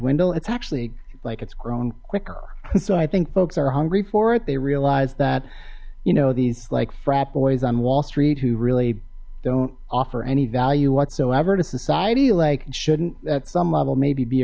dwindle it's actually like it's grown quicker so i think folks are hungry for it they realize that you know these like frat boys on wall street who really don't offer any value whatsoever to society like shouldn't that some level maybe be